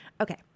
Okay